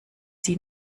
sie